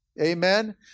Amen